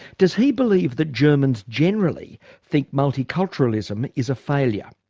does he believe that germans generally think multiculturalism is a failure?